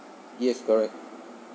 yes correct